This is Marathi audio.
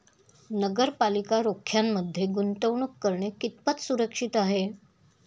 नगरपालिका रोख्यांमध्ये गुंतवणूक करणे कितपत सुरक्षित आहे?